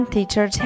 Teacher